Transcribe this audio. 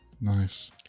nice